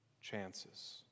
chances